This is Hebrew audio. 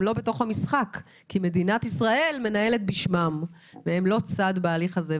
לא בתוך המשחק כי מדינת ישראל מנהלת בשמם והם לא צד בהליך הזה.